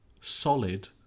solid